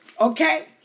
Okay